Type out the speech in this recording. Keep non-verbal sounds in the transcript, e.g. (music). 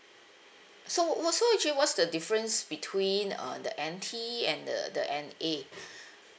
so wh~ so actually what's the difference between uh the N_T and the the N_A (breath)